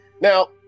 Now